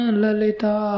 lalita